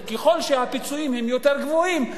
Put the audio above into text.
כי ככל שהפיצויים יותר גבוהים,